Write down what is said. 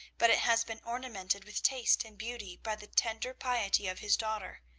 but it has been ornamented with taste and beauty by the tender piety of his daughter.